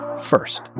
First